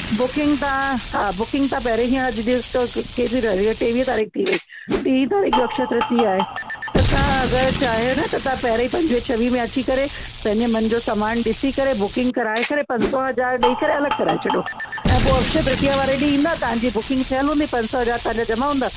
booking तव्हां हा booking तव्हां पहिरे हीअं अॼ जे कहिड़ी तारीख़ु टेवीह तारीख़ु थी वयी टीह तारीख़ जो अक्षय तृतीया आहे त तव्हां अगरि चाहियो न तव्हां पहिरें पंजवीह छवीह में अची करे पंहिंजे मन जो सामान ॾिसी करे बुकिंग कराए करे पंज सौ हज़ार ॾई करे अलॻि कराए छॾो ऐं पोइ अक्षय तृतीया वारे ॾींहुं ईंदा तव्हां जी बुकिंग थियल हूंदी पंज सौ हज़ार तव्हां जा जमा हूंदा